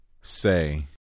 Say